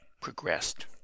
progressed